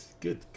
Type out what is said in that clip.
good